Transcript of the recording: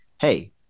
hey